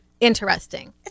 interesting